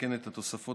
התשפ"א